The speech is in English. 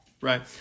right